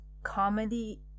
comedy